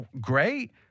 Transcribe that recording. great